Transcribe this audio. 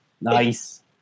Nice